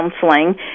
counseling